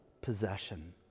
possession